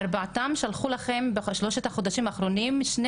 ארבעתם שלחו לכם בשלושת החודשים האחרונים שני